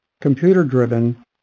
computer-driven